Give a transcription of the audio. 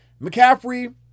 McCaffrey